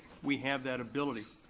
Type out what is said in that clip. we have that ability.